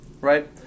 right